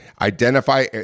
identify